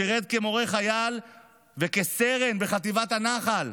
שירת כמורה חייל וכסרן בחטיבת הנח"ל,